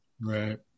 Right